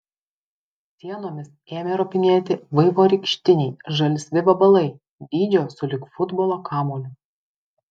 sienomis ėmė ropinėti vaivorykštiniai žalsvi vabalai dydžio sulig futbolo kamuoliu